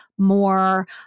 more